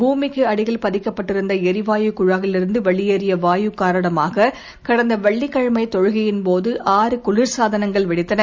பூமிக்கு அடியில் பதிக்கப்பட்டிருந்த எரிவாயு குழாயிலிருந்து வெளியேறிய வாயு காரணமாக கடந்த வெள்ளிக்கிழமை தொழுகையின்போது ஆறு குளிர்சாதனங்கள் வெடித்தன